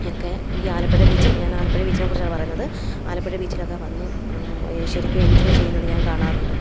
ഒക്കെ ഈ ആലപ്പുഴ ബീച്ച് ഞാൻ ആലപ്പുഴ ബീച്ച്നെ കുറിച്ചാണ് പറയുന്നത് ആലപ്പുഴ ബീച്ചിലൊക്കെ വന്ന് ഈ ശരിക്കും എൻഞ്ചോയ് ചെയ്യുന്നത് ഞാൻ കാണാറുണ്ട്